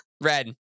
Red